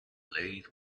laden